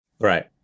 Right